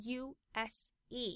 use